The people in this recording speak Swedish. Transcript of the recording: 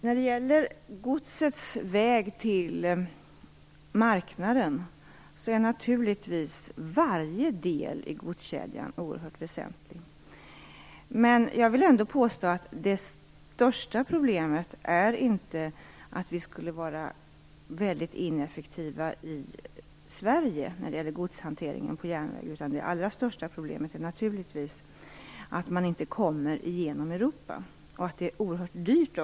När det gäller godsets väg till marknaden är naturligtvis varje del i godskedjan oerhört väsentlig. Jag vill ändå påstå att det största problemet inte är att vi i Sverige skulle vara väldigt ineffektiva i fråga om godshantering på järnväg. Det allra största problemet är naturligtvis att man inte kommer genom Europa och att detta är oerhört dyrt.